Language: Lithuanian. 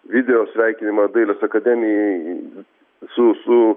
video sveikinimą dailės akademijai su su